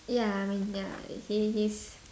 ya I mean ya he he's